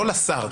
לא לשר,